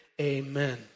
amen